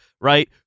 right